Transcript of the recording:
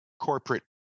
corporate